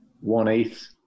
one-eighth